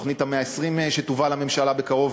תוכנית "צוות 120 הימים" שתובא לממשלה בקרוב.